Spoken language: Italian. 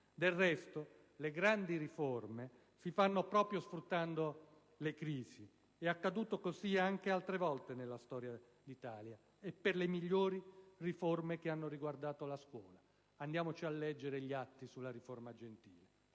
Del resto, le grandi riforme si fanno proprio sfruttando le crisi, come accaduto anche altre volte nella storia d'Italia e per le migliori riforme che hanno riguardato la scuola. Andiamo a leggere a tal proposito gli atti sulla riforma Gentile.